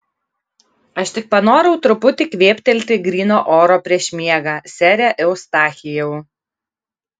aš tik panorau truputį kvėptelti gryno oro prieš miegą sere eustachijau